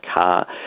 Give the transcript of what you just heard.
car